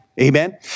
Amen